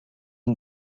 and